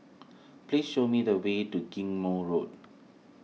please show me the way to Ghim Moh Road